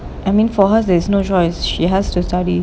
I mean for hers there's no choice she has to study